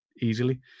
easily